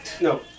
No